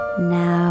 now